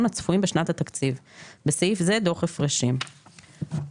הצפויים בשנת התקציב (בסעיף זה - דוח הפרשים); הוראות